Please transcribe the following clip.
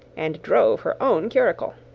and drove her own curricle.